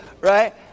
right